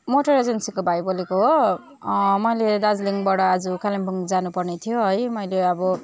motor एजेन्सीको भाइ बोलेको हो मैले दार्जिलिङबाट आज कालिम्पोङ जानु पर्ने थियो है मैले अब